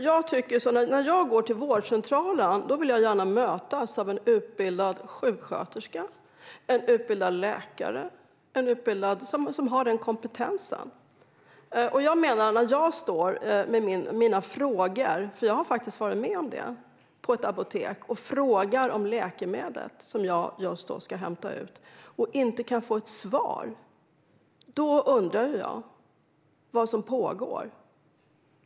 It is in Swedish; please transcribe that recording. Fru talman! När jag går till vårdcentralen vill jag gärna mötas av en utbildad sjuksköterska eller en utbildad läkare som har rätt kompetens. Jag undrar vad som pågår när jag står på ett apotek - jag har faktiskt varit med om detta - och frågar om det läkemedel som jag just då ska hämta ut och inte kan få ett svar.